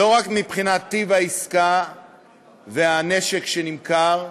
לא רק מבחינת טיב העסקה והנשק שנמכר,